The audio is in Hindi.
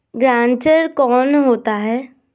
गारंटर कौन होता है?